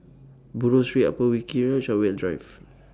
Buroh Street Upper Wilkie Road Chartwell Drive